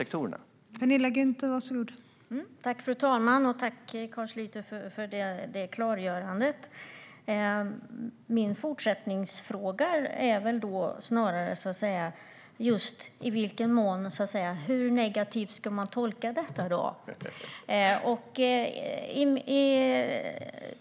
Fru talman! Tack, Carl Schlyter, för det klargörandet! Min följdfråga är då hur negativt man ska tolka detta.